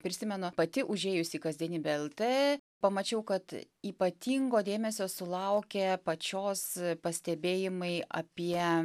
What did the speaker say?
prisimenu pati užėjusi į kasdienybę lt pamačiau kad ypatingo dėmesio sulaukė pačios pastebėjimai apie